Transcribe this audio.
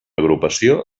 agrupació